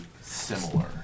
similar